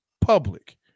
public